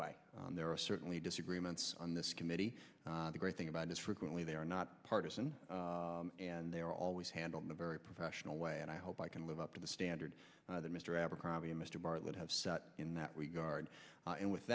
way there are certainly disagreements on this committee the great thing about it is frequently the not partisan and they are always handled in a very professional way and i hope i can live up to the standard that mr abercrombie and mr bartlett have set in that regard and with